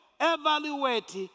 evaluate